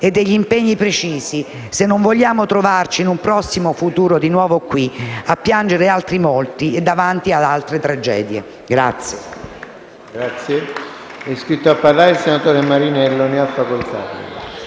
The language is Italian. e degli impegni precisi se non vogliamo trovarci, in un prossimo futuro, di nuovo qui a piangere altri morti e davanti ad altre tragedie.